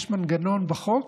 יש מנגנון בחוק,